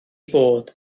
bod